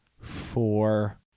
four